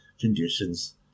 conditions